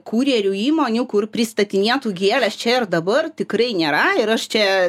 kurjerių įmonių kur pristatinėtų gėles čia ir dabar tikrai nėra ir aš čia